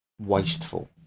wasteful